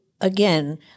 again